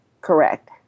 Correct